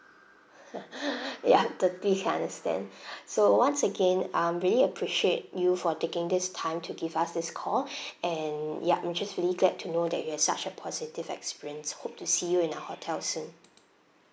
ya dirty can understand so once again um really appreciate you for taking this time to give us this call and ya we just really glad to know that you had such a positive experience hope to see you in our hotel soon